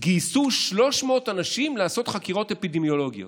גייסו 300 אנשים לעשות חקירות אפידמיולוגיות.